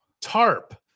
tarp